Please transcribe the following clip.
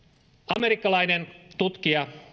amerikkalaisen tutkijan